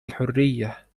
الحرية